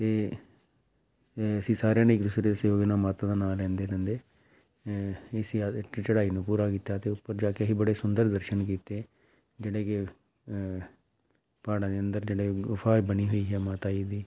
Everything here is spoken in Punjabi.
ਅਤੇ ਅ ਅਸੀਂ ਸਾਰਿਆਂ ਨੇ ਇੱਕ ਦੂਸਰੇ ਦੀ ਮਾਤਾ ਦਾ ਨਾਂ ਲੈਂਦੇ ਲੈਂਦੇ ਇਸੀ ਇੱਥੇ ਚੜ੍ਹਾਈ ਨੂੰ ਪੂਰਾ ਕੀਤਾ ਅਤੇ ਉੱਪਰ ਜਾ ਕੇ ਅਸੀਂ ਬੜੇ ਸੁੰਦਰ ਦਰਸ਼ਨ ਕੀਤੇ ਜਿਹੜੇ ਕਿ ਪਹਾੜਾਂ ਦੇ ਅੰਦਰ ਜਿਹੜੇ ਗੁਫਾ ਬਣੀ ਹੋਈ ਹੈ ਮਾਤਾ ਜੀ ਦੀ